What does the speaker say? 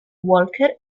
walker